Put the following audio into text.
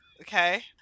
Okay